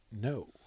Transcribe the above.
No